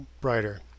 brighter